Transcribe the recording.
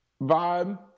vibe